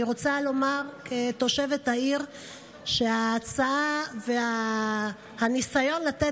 אני רוצה לומר כתושבת העיר שההצעה והניסיון לתת